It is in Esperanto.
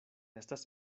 estas